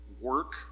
work